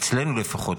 אצלנו לפחות,